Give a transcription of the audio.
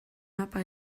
mapa